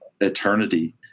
eternity